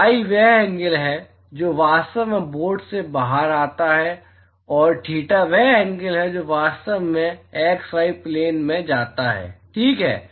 phi वह angle है जो वास्तव में बोर्ड से बाहर आता है और थीटा वह एंगल है जो वास्तव में एक्स वाई प्लेन में जाता है ठीक है